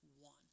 one